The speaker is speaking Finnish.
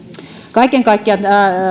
kaiken kaikkiaan